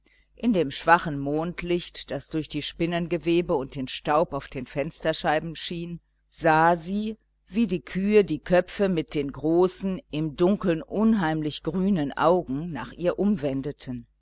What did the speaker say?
in dem schwachen mondlicht das durch die spinnengewebe und den staub auf den fensterscheiben fiel sah sie wie die kühe die köpfe mit den großen im dunkeln unheimlich grünen augen nach ihr umwendeten